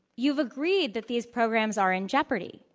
you've agreed that these programs are in jeopardy.